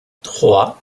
trois